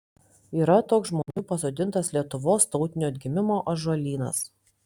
yra toks žmonių pasodintas lietuvos tautinio atgimimo ąžuolynas